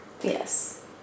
Yes